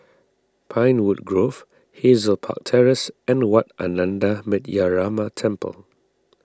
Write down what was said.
Pinewood Grove Hazel Park Terrace and Wat Ananda Metyarama Temple